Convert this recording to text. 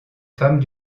femmes